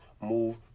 move